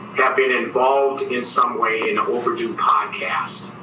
have been involved, in some way, in the overdue podcast.